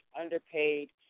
underpaid